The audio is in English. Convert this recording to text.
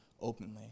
openly